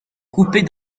coupait